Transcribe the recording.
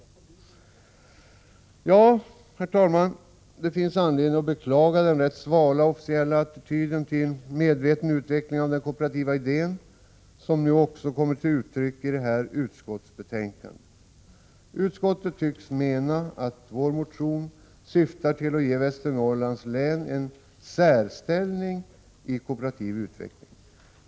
Herr talman! Det finns anledning att beklaga den rätt svala officiella attityden till medveten utveckling av den kooperativa idén som nu också kommer till uttryck i detta utskottsbetänkande. Utskottet tycks mena att vår motion syftar till att ge Västernorrlands län en särställning när det gäller kooperativ utveckling.